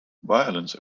violence